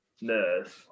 nurse